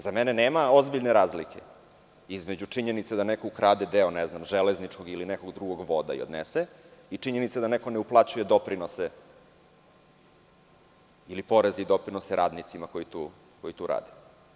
Za mene nema ozbiljne razlike između činjenica da neko ukrade deo ne znam deo železničkog ili nekog drugog voda i odnese i činjenica da neko ne uplaćuje doprinose ili poreze i doprinose radnicima koji tu rade.